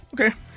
okay